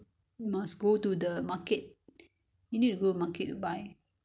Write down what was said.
that [one] supermarket also have right they don~ they don't sell hor at the supermarket right